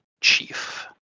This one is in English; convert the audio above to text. chief